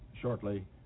shortly